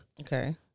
Okay